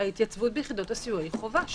שהתייצבות ביחידות הסיוע היא חובה,